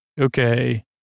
okay